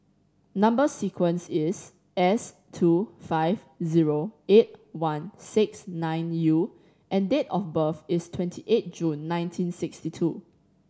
number sequence is S two five zero eight one six nine U and date of birth is twenty eight June nineteen sixty two